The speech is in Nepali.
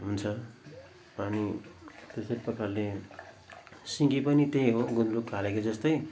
हुन्छ अनि त्यस्तै प्रकारले सिन्की पनि त्यही हो गुन्द्रुक हालेको जस्तै